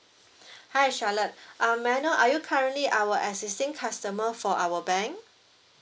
hi charlotte uh may I know are you currently our existing customer for our bank